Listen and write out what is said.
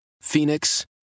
Phoenix